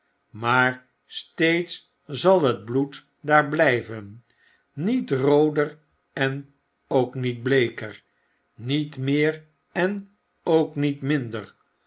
maar steeds zal het bloed daar blijven niet rooder en ook niet bleeker niet meer en ook niet minder